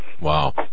Wow